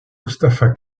mustapha